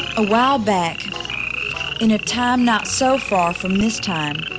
a while back in a time not so far from this time.